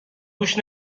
گوش